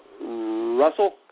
Russell